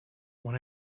when